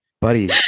buddy